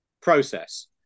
process